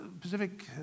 Pacific